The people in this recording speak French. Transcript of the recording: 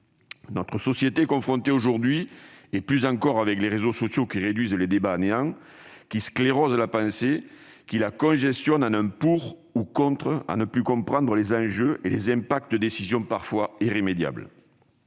Notre société ne parvient plus aujourd'hui- plus encore avec les réseaux sociaux, qui réduisent les débats à néant, qui sclérosent la pensée, qui la congestionnent en un « pour ou contre » -à comprendre les enjeux et les conséquences de décisions parfois irrémédiables.